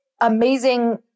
amazing